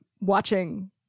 watching